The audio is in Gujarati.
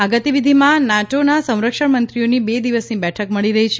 આ ગતિવિધિમાં નાટોના સંરક્ષણ મંત્રીઓની બે દિવસની બેઠક મળી રહી છે